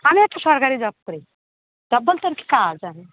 আমি একটা সরকারি জব করি জব বলতে আর কি কাজ হ্যাঁ